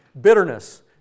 bitterness